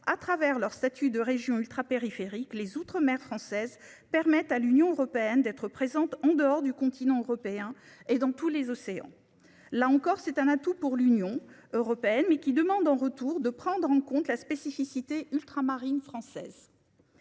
à travers leur statut de région ultrapériphérique les Outre-mer française permet à l'Union européenne d'être présente en dehors du continent européen, et dans tous les océans, là encore c'est un atout pour l'Union européenne mais qui demande en retour de prendre en compte la spécificité ultramarine française.